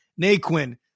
Naquin